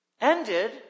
ended